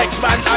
X-Man